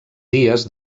dies